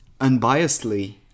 unbiasedly